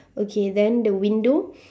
okay then the window